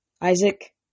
Isaac